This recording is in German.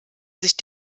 sich